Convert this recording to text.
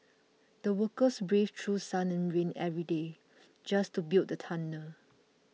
the workers braved through sun and rain every day just to build the tunnel